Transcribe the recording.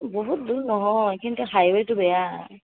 বহুত দূৰ নহয় কিন্তু হাইৱে'টো বেয়া